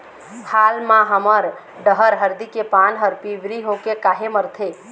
हाल मा हमर डहर हरदी के पान हर पिवरी होके काहे मरथे?